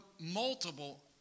multiple